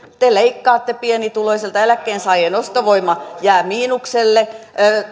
te leikkaatte pienituloisilta eläkkeensaajien ostovoima jää miinukselle